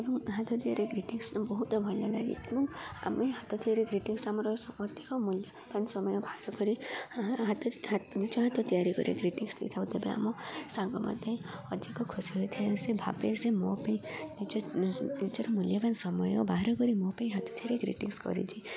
ଏବଂ ହାତ ତିଆରି ଗ୍ରୀଟିଂସ ବହୁତ ଭଲ ଲାଗେ ଏବଂ ଆମେ ହାତ ତିଆରି ଗ୍ରୀଟିଂସ୍ ଆମର ଅଧିକ ମୂଲ୍ୟବାନ ସମୟ ବାହାର କରି ହାତ ନିଜ ହାତ ତିଆରି କରି ଗ୍ରୀଟିଂସ୍ ଦେଇଥାଉ ତେବେ ଆମ ସାଙ୍ଗଙ୍କ ପାଇଁ ଅଧିକ ଖୁସି ହୋଇଥାଏ ସେ ଭାବେ ସେ ମୋ ପାଇଁ ନିଜ ନିଜର ମୂଲ୍ୟବାନ ସମୟ ବାହାର କରି ମୋ ପାଇଁ ହାତ ତିଆରି ଗ୍ରୀଟିଂସ୍ କରିଛି